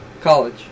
college